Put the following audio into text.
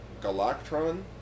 Galactron